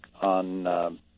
on